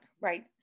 right